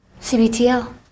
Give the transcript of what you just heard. CBTL